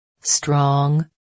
Strong